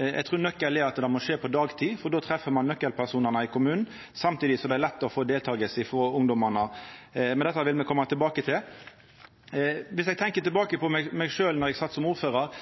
Eg trur nøkkelen er at det må skje på dagtid, for då treff ein nøkkelpersonane i kommunen, samtidig som det er lett å få deltaking frå ungdommane. Men dette vil me koma tilbake til. Viss eg tenkjer tilbake på då eg sat som ordførar,